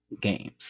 games